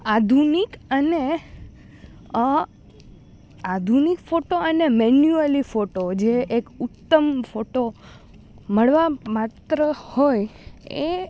આધુનિક અને આધુનિક ફોટો અને મેન્યુઅલી ફોટો જે એક ઉત્તમ ફોટો મળવામાત્ર હોય એ